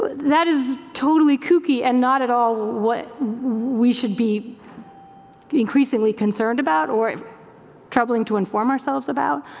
that is totally kooky and not at all what we should be increasingly concerned about or troubling to inform ourselves about.